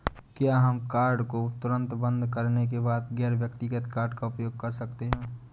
क्या हम कार्ड को तुरंत बंद करने के बाद गैर व्यक्तिगत कार्ड का उपयोग कर सकते हैं?